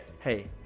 hey